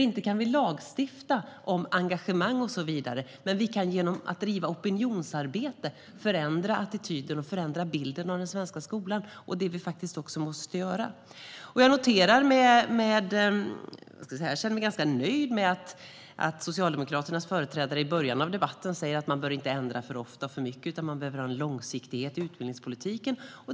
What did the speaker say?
Inte kan vi lagstifta om engagemang och så vidare, men genom att driva opinionsarbete kan vi förändra attityder och förändra bilden av den svenska skolan, och det är faktiskt också det vi måste göra. Jag känner mig ganska nöjd med att Socialdemokraternas företrädare i början av debatten sa att man inte bör ändra för ofta och för mycket utan behöver ha en långsiktighet i utbildningspolitiken.